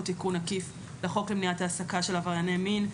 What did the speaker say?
תיקון עקיף לחוק למניעת העסקה של עברייני מין,